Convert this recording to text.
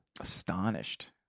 Astonished